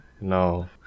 no